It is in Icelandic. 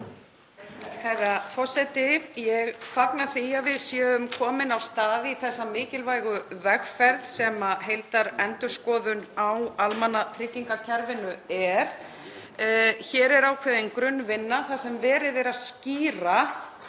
Herra forseti. Ég fagna því að við séum komin af stað í þessa mikilvægu vegferð sem heildarendurskoðun á almannatryggingakerfinu er. Hér er ákveðin grunnvinna þar sem verið er að skýra